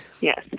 Yes